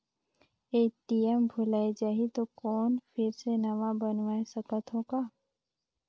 ATM भुलाये जाही तो कौन फिर से नवा बनवाय सकत हो का?